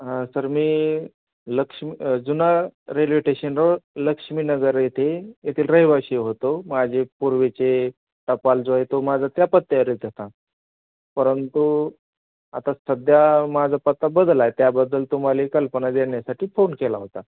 हा सर मी लक्ष्मी जुना रेल्वे टेशनजवळ लक्ष्मी नगर येथे येथील रहिवाशी होतो माझे पूर्वीचे टपाल जो आहे तो माझा त्या पत्त्यावर येत होता परंतु आता सध्या माझा पत्ता बदलला आहे त्याबद्दल तुम्हाला कल्पना देण्यासाठी फोन केला होता